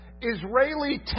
Israeli